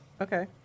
Okay